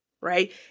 right